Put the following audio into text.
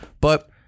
But-